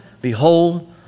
behold